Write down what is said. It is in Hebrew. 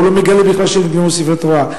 הוא לא מגלה בכלל שנגנבו ספרי תורה.